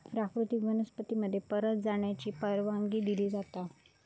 प्राकृतिक वनस्पती मध्ये परत जाण्याची परवानगी दिली जाता